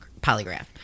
polygraph